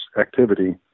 activity